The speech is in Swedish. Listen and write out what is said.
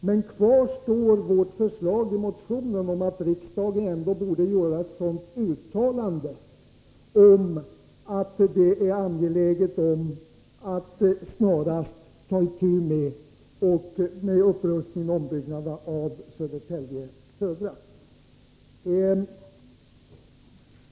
Men kvar står vårt förslag i motionen om att riksdagen ändå borde göra ett uttalande om att det är angeläget att snarast ta itu med upprustning och ombyggnad av Södertälje Södra.